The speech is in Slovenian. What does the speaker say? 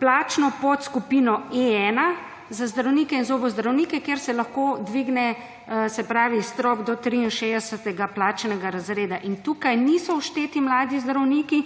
plačno podskupino e1, za zdravnike in zobozdravnike, kjer se lahko dvigne, se pravi, strop do 63. plačnega razreda in tukaj niso všteti mladi zdravniki